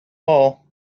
all